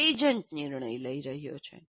એક એજન્ટ નિર્ણય લઈ રહ્યો છે